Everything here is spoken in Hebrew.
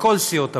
מכל סיעות הבית,